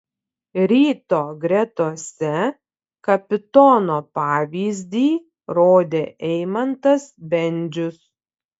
ryto gretose kapitono pavyzdį rodė eimantas bendžius